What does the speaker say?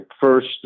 first